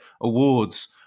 awards